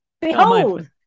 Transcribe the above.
behold